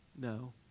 No